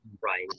Right